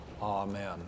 Amen